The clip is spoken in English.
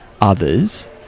others